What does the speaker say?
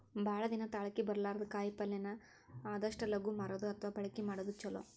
ಭಾಳ ದಿನಾ ತಾಳಕಿ ಬರ್ಲಾರದ ಕಾಯಿಪಲ್ಲೆನ ಆದಷ್ಟ ಲಗು ಮಾರುದು ಅಥವಾ ಬಳಕಿ ಮಾಡುದು ಚುಲೊ